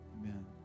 Amen